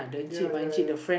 ya ya ya